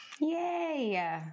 Yay